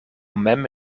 mem